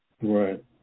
Right